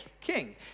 king